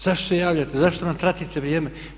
Zašto se javljate, zašto nam tratite vrijeme?